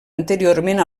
anteriorment